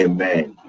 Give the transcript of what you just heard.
Amen